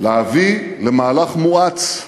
להביא למהלך מואץ.